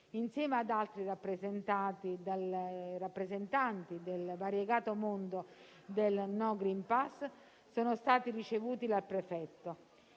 insieme ad altri rappresentanti del variegato mondo dei *no green pass* sono stati ricevuti dal prefetto.